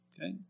Okay